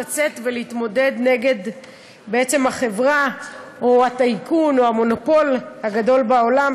לצאת ולהתמודד בעצם נגד החברה או הטייקון או המונופול הגדול בעולם,